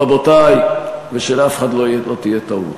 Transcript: רבותי, שלאף אחד לא תהיה טעות: